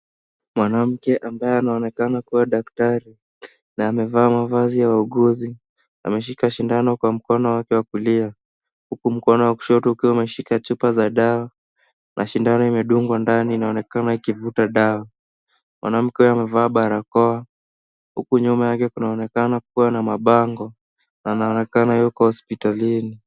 Mwanamke ambaye anaonekana kuwa daktari, na amevaa mavazi ya wauguzi. Ameshika sindano kwa mkono wake wa kulia, huku mkono wa kushoto ukiwa umeshika chupa za dawa. Na sindano imedungwa ndani inaonekana ikivuta dawa. Mwanamke huyu amevaa barakoa, huku nyuma yake kunaonekana kuwa na mabango. Na anaonekana yuko hospitalini.